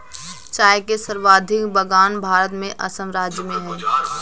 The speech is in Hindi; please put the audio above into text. चाय के सर्वाधिक बगान भारत में असम राज्य में है